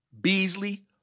Beasley